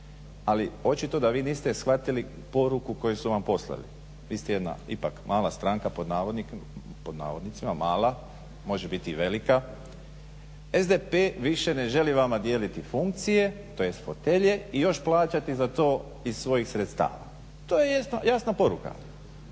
ali očito da vi niste shvatili poruku koju su vam poslali. Vi ste jedna ipak mala stranka pod navodnicima mala, može biti i velika, SDP više ne želi vama dijeliti funkcije tj. fotelje i još plaćati za to iz svojih sredstava. To je jasna poruka.